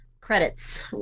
credits